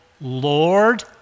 Lord